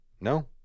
No